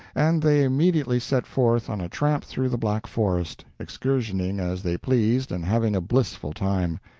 and they immediately set forth on a tramp through the black forest, excursioning as they pleased and having a blissful time.